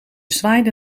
zwaaide